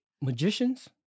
magicians